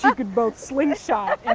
yeah could both slingshot and